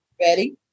Ready